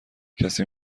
کسی